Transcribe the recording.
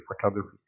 photography